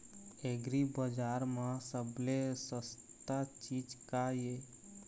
एग्रीबजार म सबले सस्ता चीज का ये?